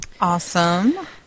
Awesome